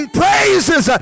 praises